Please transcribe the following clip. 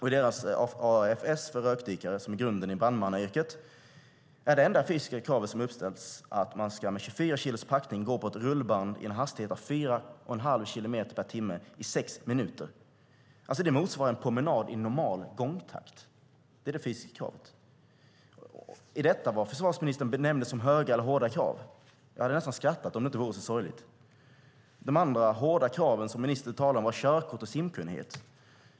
I deras AFS för rökdykare - som i grunden är brandmannayrket - är det enda fysiska kravet som uppställs att man med 24 kilos packning ska kunna gå på ett rullband i en hastighet av 4 1⁄2 kilometer per timme i sex minuter. Det motsvarar en promenad i normal gångtakt. Det är det fysiska kravet. Jag hade nästan skrattat om det inte vore så sorgligt.